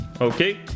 Okay